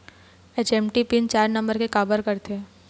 ATM PIN चार number के काबर करथे?